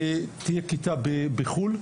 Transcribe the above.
תהיה כיתה בחו"ל,